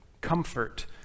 comfort